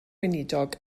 weinidog